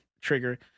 trigger